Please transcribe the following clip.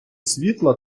світла